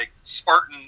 Spartan